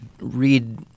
read